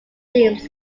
themes